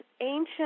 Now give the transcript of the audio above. ancient